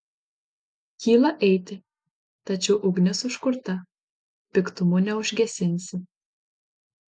kyla eiti tačiau ugnis užkurta piktumu neužgesinsi